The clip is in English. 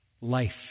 Life